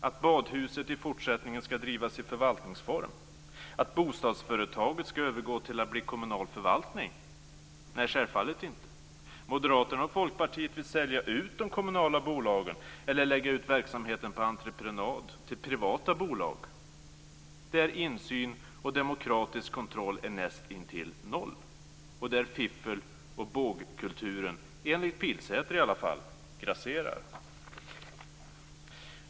Att badhuset i fortsättningen skall drivas i förvaltningsform eller att bostadsföretaget skall övergå till att bli kommunal förvaltning? Nej, självfallet inte. Moderaterna och Folkpartiet vill sälja ut de kommunala bolagen eller lägga ut verksamheten på entreprenad till privata bolag, där insyn och demokratisk kontroll är näst intill noll och där fiffel och bågkulturen, i varje fall enligt Pilsäter, grasserar.